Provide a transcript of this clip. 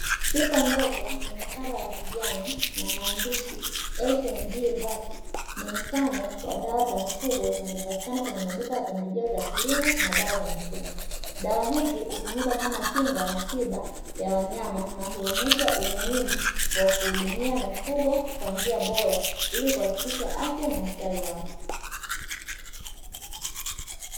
Chupa ndogo yenye kava ya kijani na maandishi "SNG VAX" ni mfano wa dawa za mifugo zinazopatikana katika maduka ya pembejeo za kilimo na dawa za mifugo, dawa hizi hutumika kama kinga na tiba ya wanyama na huonyesha umuhmu wa kuhudumia mifugo kwa njia bora, ili kuhakikisha afya na ustawi wao.